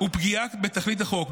ולפגיעה בתכלית החוק,